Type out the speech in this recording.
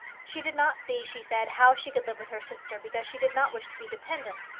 she did not see, she said, how she could live with her sister, because she did not wish to be dependent.